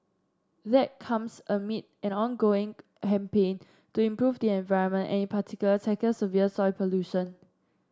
that comes amid an ongoing campaign to improve the environment and in particular tackle severe soil pollution